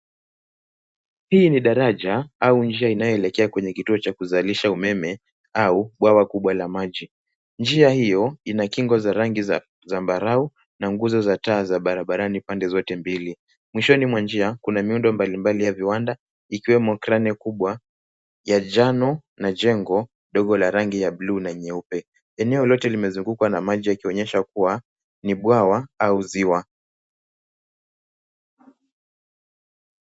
Hii ni daraja au njia ianayoelekea kwenye kituo cha kuzalisha umeme au bwawa kubwa la maji. Njia hiyo ina kingo za rangi ya zambarau na nguzo za taa za barabarani pande zote mbili. Mwishoni mwa njia, kuna miundo mbalimbali ya viwanda ikiwemo kreni kubwa ya njano na jengo dogo la rangi ya buluu na nyeupe. Eneo lote limezungukwa na maji likionyesha kuwa ni bwawa au ziwa.